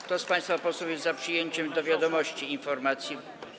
Kto z państwa posłów jest za przyjęciem do wiadomości informacji.